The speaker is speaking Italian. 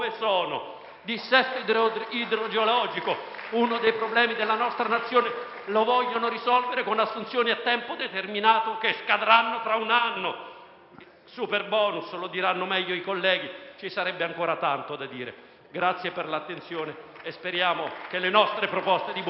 dissesto idrogeologico, uno dei problemi della nostra Nazione: lo vogliono risolvere con assunzioni a tempo determinato, che scadranno fra un anno. Vi è poi il superbonus, su cui si soffermeranno altri colleghi. Ci sarebbe ancora tanto da dire. Vi ringrazio per l'attenzione e speriamo che le nostre proposte di buonsenso